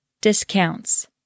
discounts